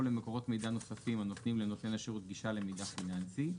או למקורות מידע נוספים הנותנים לנותן השירות גישה למידע פיננסי,